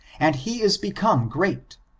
and he is become great,